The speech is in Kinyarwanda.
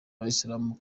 abayisilamu